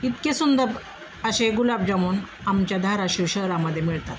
इतके सुंदर असे गुलाबजामून आमच्या धारशिव शहरामध्ये मिळतात